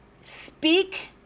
speak